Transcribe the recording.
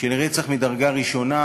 של רצח מדרגה ראשונה,